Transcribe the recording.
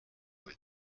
with